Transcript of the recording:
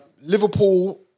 Liverpool